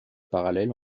parallèle